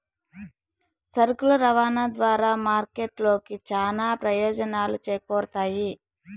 సరుకుల రవాణా ద్వారా మార్కెట్ కి చానా ప్రయోజనాలు చేకూరుతాయి